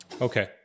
Okay